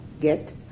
get